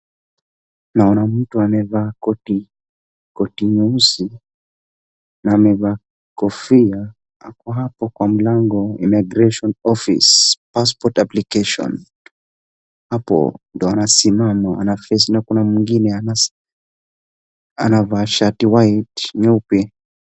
Naona mtu amevaa koti koti nyeusi na amevaa kofia ako hapo kwa mlango immigration ofice , passport application , hapo ndo anasimama, na kuna mwingine anavaa shati white , nyeupe.